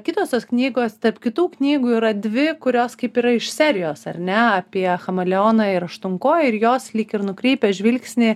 kitos tos knygos tarp kitų knygų yra dvi kurios kaip yra iš serijos ar ne apie chameleoną ir aštuonkojį ir jos lyg ir nukreipia žvilgsnį